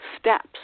steps